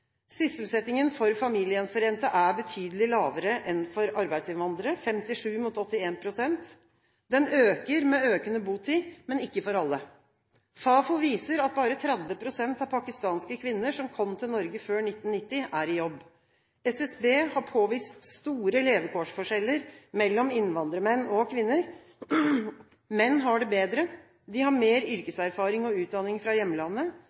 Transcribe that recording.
Sysselsettingen for familiegjenforente er betydelig lavere enn for arbeidsinnvandrere, 57 mot 81 pst. Den øker med økende botid, men ikke for alle. Fafo viser at bare 30 pst. av pakistanske kvinner som kom til Norge før 1990, er i jobb. SSB har påvist store levekårsforskjeller mellom innvandrermenn og -kvinner. Menn har det bedre. De har mer yrkeserfaring og utdanning fra hjemlandet,